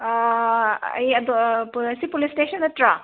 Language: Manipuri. ꯑꯩ ꯑꯗꯣ ꯁꯤ ꯄꯨꯂꯤꯁ ꯏꯁꯇꯦꯁꯟ ꯅꯠꯇ꯭ꯔꯣ